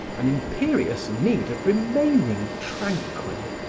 an imperious need of remaining tranquil,